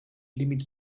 límits